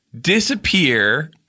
Disappear